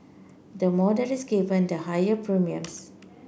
the more that is given the higher premiums